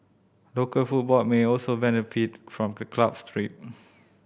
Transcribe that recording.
local football may also benefit from the club's trip